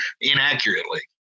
inaccurately